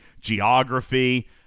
geography